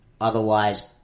otherwise